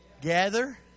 gather